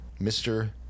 Mr